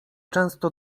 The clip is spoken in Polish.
często